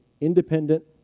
independent